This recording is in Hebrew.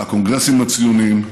מהקונגרסים הציוניים,